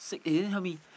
eh then help me